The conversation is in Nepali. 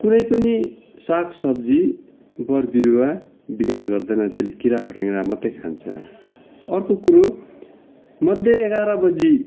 कुनै पनि साग सब्जी बोट बिरुवा बिगार गर्दैन त्यसले किरा फटेङ्ग्रो मात्तै खान्छ अर्को कुरो मध्ये एघार बजी